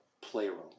playroom